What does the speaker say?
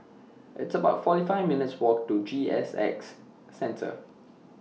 It's about forty five minutes' Walk to G S X Centre